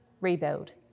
rebuild